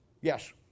Yes